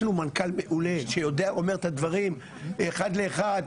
יש לנו מנכ"ל מעולה שאומר את הדברים אחד לאחד,